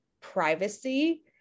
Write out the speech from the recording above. privacy